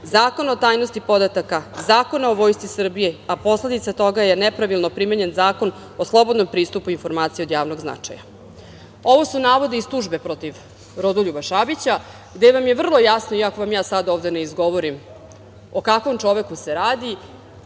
Zakona o tajnosti podataka, Zakona o Vojsci Srbije, a posledica toga je nepravilno primenjen Zakon o slobodnom pristupu informacijama od javnog značaja. Ovo su navodi iz tužbe protiv Rodoljuba Šabića, gde vam je vrlo jasno, iako vam ja sada ovde ne izgovorim, o kakvom čoveku se radi